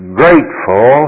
grateful